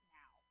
now